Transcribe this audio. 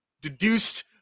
deduced